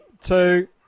two